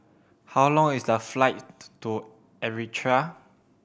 how long is the flight to Eritrea